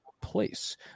Place